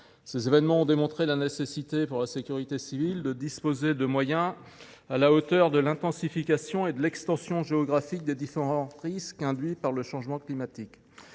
Ces événements ont démontré la nécessité pour la sécurité civile de disposer de moyens à la hauteur de l’intensification et de l’extension géographique des différents risques induits par le changement climatique.